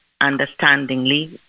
understandingly